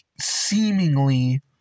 seemingly